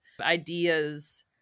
ideas